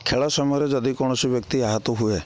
ଖେଳ ସମୟରେ ଯଦି କୌଣସି ବ୍ୟକ୍ତି ଆହତ ହୁଏ